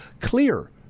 clear